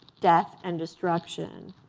death, and destruction.